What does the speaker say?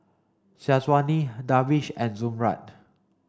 Syazwani Darwish and Zamrud